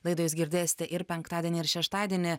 laidą jūs girdėsite ir penktadienį ir šeštadienį